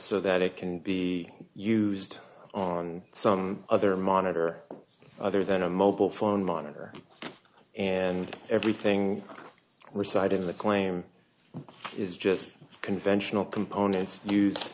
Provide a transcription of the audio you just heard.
so that it can be used on some other monitor other than a mobile phone monitor and everything reside in the claim is just conventional components use